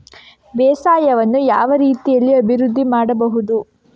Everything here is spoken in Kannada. ಬೇಸಾಯವನ್ನು ಯಾವ ರೀತಿಯಲ್ಲಿ ಅಭಿವೃದ್ಧಿ ಮಾಡಬಹುದು?